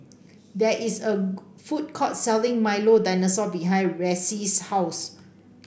there is a food court selling Milo Dinosaur behind Ressie's house